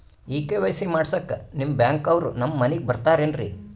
ಈ ಕೆ.ವೈ.ಸಿ ಮಾಡಸಕ್ಕ ನಿಮ ಬ್ಯಾಂಕ ಅವ್ರು ನಮ್ ಮನಿಗ ಬರತಾರೆನ್ರಿ?